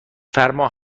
فرما